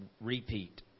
Repeat